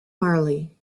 marley